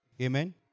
Amen